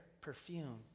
perfume